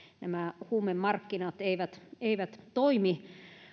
nämä huumemarkkinat eivät eivät toimi